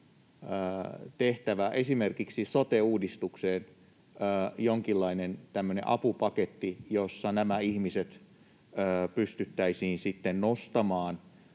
tehtävä, esimerkiksi sote-uudistukseen, jonkinlainen apupaketti, jossa nämä ihmiset pystyttäisiin nostamaan